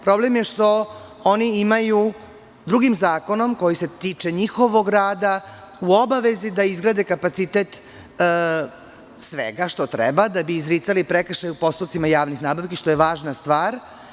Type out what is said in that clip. Problem je što oni imaju drugim zakonom, koji se tiče njihovog rada, u obavezi da izgrade kapacitet svega što treba da bi izricali prekršaje u postupcima javnih nabavki, što je važna stvar.